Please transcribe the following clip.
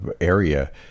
area